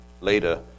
later